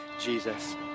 Jesus